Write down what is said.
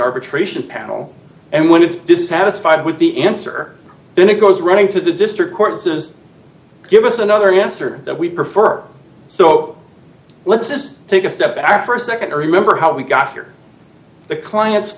arbitration panel and when it's dissatisfied with the answer then it goes running to the district court says give us another answer that we'd prefer so let's just take a step back for a nd to remember how we got here the clients